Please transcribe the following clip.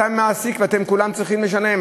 אתם מעסיקים ואתם כולכם צריכים לשלם?